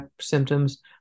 symptoms